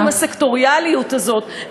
די עם הסקטוריאליות הזאת,